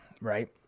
Right